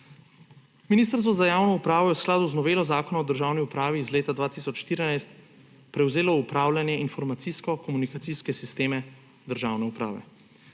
Ministrstvo za javno upravo je v skladu z novelo Zakona o državni upravi iz leta 2014 prevzelo v upravljanje informacijsko-komunikacijske sisteme državne uprave.